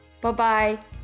Bye-bye